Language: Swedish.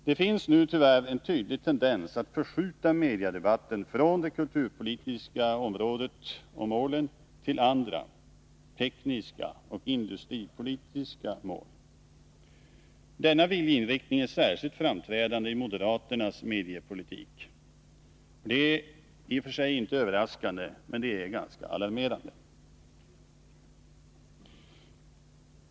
Det finns nu tyvärr en tydlig tendens att förskjuta mediedebatten från de kulturpolitiska målen till andra — tekniska och industripolitiska — mål. Denna viljeinriktning är särskilt framträdande i moderaternas mediepolitik. Även om det inte i och för sig är överraskande så är det icke mindre alarmerande.